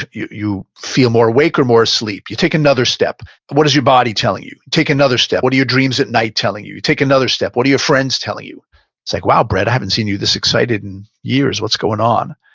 you you feel more awake or more asleep, you take another step, but what is your body telling you? take another step, what are your dreams at night telling you? you take another step, what are your friends telling you? it's like, wow, brett, i haven't seen you this excited in years. what's going on?